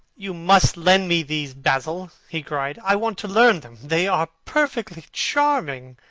you must lend me these, basil, he cried. i want to learn them. they are perfectly charming.